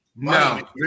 No